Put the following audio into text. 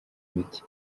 miti